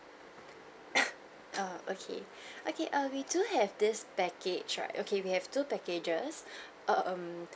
err okay okay err we do have this package right okay we have two packages um